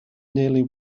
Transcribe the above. nearly